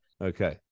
Okay